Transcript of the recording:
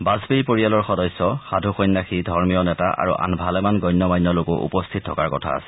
বাজপেয়ীৰ পৰিয়ালৰ সদস্য সাধু সন্যাসী ধৰ্মীয় নেতা আৰু আন ভালেমান গণ্য মান্য লোকো উপস্থিত থকাৰ কথা আছে